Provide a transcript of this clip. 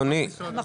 מי יושב שם?